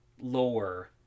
lower